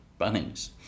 Bunnings